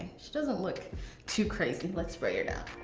she doesn't look too crazy. let's spray her down.